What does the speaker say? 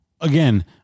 again